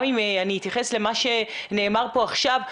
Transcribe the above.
אני אתייחס למה שנאמר פה עכשיו,